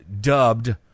dubbed